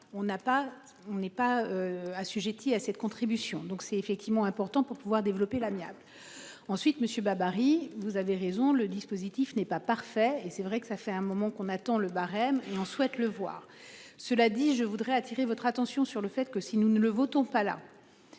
on n'est pas assujettis à cette contribution, donc c'est effectivement important pour pouvoir développer l'amiable. Ensuite monsieur Babary, vous avez raison, le dispositif n'est pas parfait et c'est vrai que ça fait un moment qu'on attend le barème et on souhaite le voir. Cela dit, je voudrais attirer votre attention sur le fait que si nous ne le vote, ont pas là.